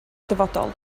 dyfodol